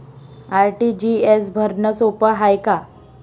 RTGS भरनं सोप हाय का?